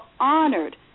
honored